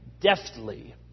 deftly